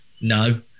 No